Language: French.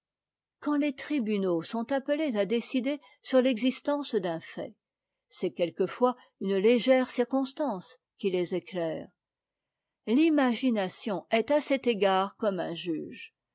quand les tribunaux sont appelés à décider sur l'existence d'un fait c'est quelquefois une légers circonstance qui les éclaire l'imagination est à cet égard comme un juge